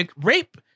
rape